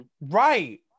Right